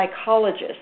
psychologist